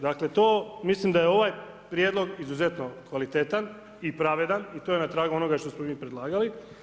Dakle, to, mislim da je ovaj prijedlog izuzetno kvalitetan i pravedan, i to je na tragu onoga što smo i mi predlagali.